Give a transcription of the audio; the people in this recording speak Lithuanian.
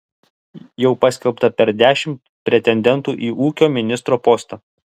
jau paskelbta per dešimt pretendentų į ūkio ministro postą